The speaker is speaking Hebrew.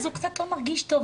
אז קצת לא מרגיש טוב,